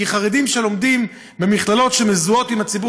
כי חרדים שלומדים במכללות שמזוהות עם הציבור